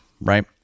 right